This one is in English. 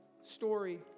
story